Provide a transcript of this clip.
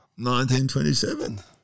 1927